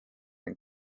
ning